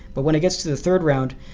but when it gets to the third round,